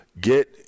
get –